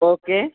okay